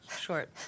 short